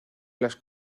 las